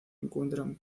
encuentran